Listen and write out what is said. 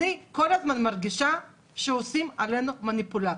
אני כל הזמן מרגישה שעושים עלינו מניפולציה.